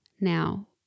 Now